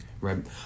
right